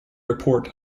report